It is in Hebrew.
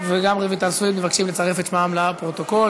וגם רויטל סויד מבקשות לצרף את שמן לפרוטוקול.